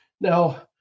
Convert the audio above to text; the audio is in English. Now